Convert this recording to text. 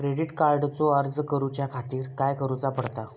Credit कार्डचो अर्ज करुच्या खातीर काय करूचा पडता?